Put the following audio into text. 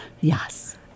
Yes